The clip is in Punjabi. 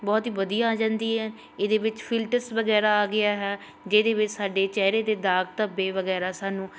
ਬਹੁਤ ਹੀ ਵਧੀਆ ਆ ਜਾਂਦੀ ਹੈ ਇਹਦੇ ਵਿੱਚ ਫਿਲਟਰਸ ਵਗੈਰਾ ਆ ਗਿਆ ਹੈ ਜਿਹਦੇ ਵਿੱਚ ਸਾਡੇ ਚਿਹਰੇ ਦੇ ਦਾਗ ਧੱਬੇ ਵਗੈਰਾ ਸਾਨੂੰ